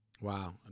Wow